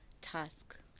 task